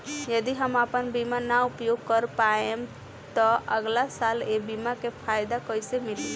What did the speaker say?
यदि हम आपन बीमा ना उपयोग कर पाएम त अगलासाल ए बीमा के फाइदा कइसे मिली?